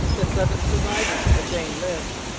the seven survivors of the jane lived,